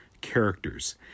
characters